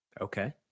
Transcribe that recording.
okay